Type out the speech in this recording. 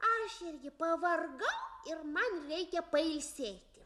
aš irgi pavargau ir man reikia pailsėti